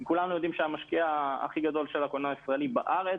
כולנו יודעים שהמשקיע הכי גדול של הקולנוע הישראלי בארץ,